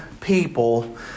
people